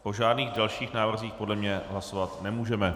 O žádných dalších návrzích podle mě hlasovat nemůžeme.